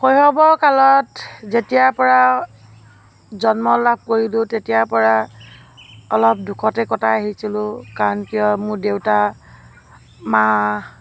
শৈশৱৰ কালত যেতিয়াৰ পৰা জন্ম লাভ কৰিলোঁ তেতিয়াৰ পৰা অলপ দুখতেই কটাই আহিছিলোঁ কাৰণ কিয় মোৰ দেউতা মা